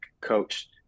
coach